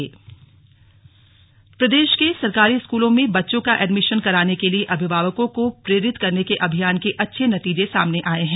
सरकारी विद्यालय प्रदेश के सरकारी स्कूलों में बच्चों का एडमिशन कराने के लिए अभिभावकों को प्रेरित करने के अभियान के अच्छे नतीजे सामने आए हैं